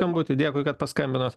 skambutį dėkui kad paskambinot